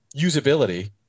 usability